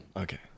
Okay